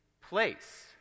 place